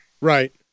right